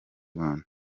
rwanda